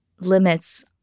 limits